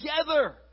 together